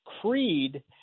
creed